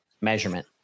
measurement